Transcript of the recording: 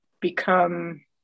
become